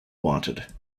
wanted